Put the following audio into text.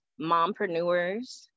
mompreneurs